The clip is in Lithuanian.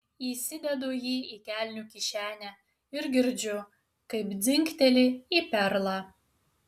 įsidedu jį į kelnių kišenę ir girdžiu kaip dzingteli į perlą